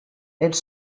elle